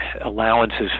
allowances